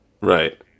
Right